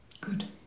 Good